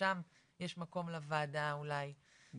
ושם יש מקום לוועדה אולי להתערב.